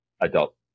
adult